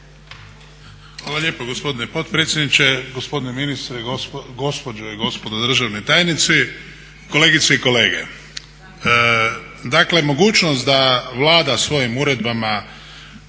Hvala lijepo gospodine potpredsjedniče, gospodine ministre, gospođe i gospodo državni tajnici, kolegice i kolege. Dakle, mogućnost da Vlada svojim uredbama